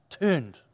turned